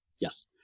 Yes